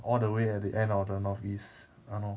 all the way at the end of the north east !hannor!